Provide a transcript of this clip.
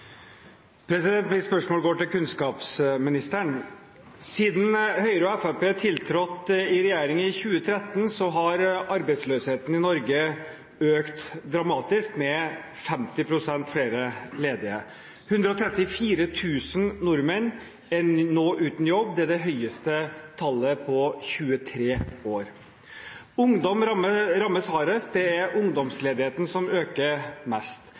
Mitt spørsmål går til kunnskapsministeren. Siden Høyre og Fremskrittspartiet tiltrådte i regjering i 2013, har arbeidsløsheten i Norge økt dramatisk, med 50 pst. flere ledige. 134 000 nordmenn er nå uten jobb. Det er det høyeste tallet på 23 år. Ungdom rammes hardest, det er ungdomsledigheten som øker mest